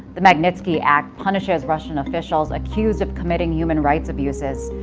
the magnitsky act punishes russian officials accused of committing human rights abuses,